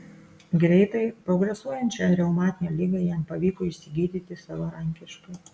greitai progresuojančią reumatinę ligą jam pavyko išsigydyti savarankiškai